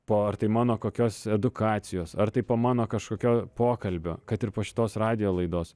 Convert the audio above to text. po ar tai mano kokios edukacijos ar tai po mano kažkokio pokalbio kad ir po šitos radijo laidos